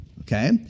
Okay